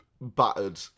battered